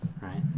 right